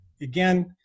again